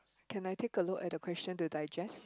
can I take a look at the question to digest